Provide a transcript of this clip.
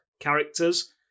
characters